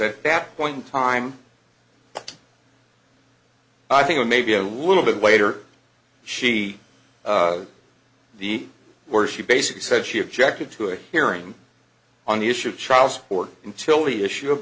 bad point in time i think maybe a little bit later she the where she basically said she objected to it hearing on the issue of child support until the issue of